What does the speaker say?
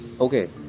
Okay